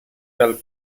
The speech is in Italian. dal